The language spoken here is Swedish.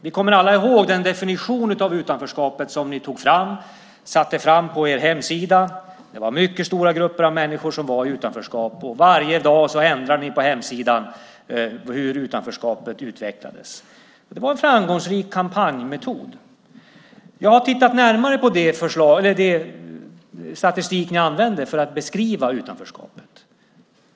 Vi kommer alla ihåg den definition av utanförskapet som ni tog fram och lade upp på er hemsida. Det var mycket stora grupper av människor som befann sig i utanförskap. Varje dag ändrade ni uppgifterna på hemsidan för att visa hur utanförskapet utvecklades. Det var en framgångsrik kampanjmetod. Jag har tittat närmare på den statistik ni använde för att beskriva utanförskapet.